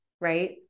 right